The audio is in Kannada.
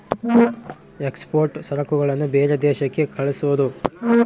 ಎಕ್ಸ್ಪೋರ್ಟ್ ಸರಕುಗಳನ್ನ ಬೇರೆ ದೇಶಕ್ಕೆ ಕಳ್ಸೋದು